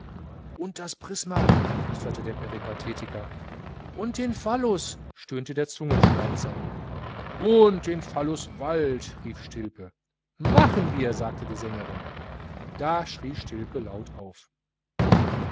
und das prisma flüsterte der peripathetiker und den phallus stöhnte der zungenschnalzer und den phalluswald rief stilpe machen wir sagte die sängerin da schrie stilpe laut auf